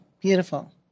Beautiful